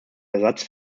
ersatz